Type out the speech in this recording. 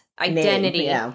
identity